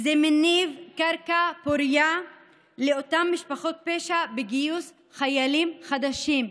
זה קרקע פורייה לאותן משפחות פשע בגיוס חיילים חדשים,